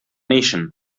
nation